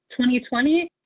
2020